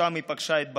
ושם היא פגשה את בעלה,